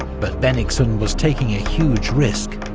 but bennigsen was taking a huge risk.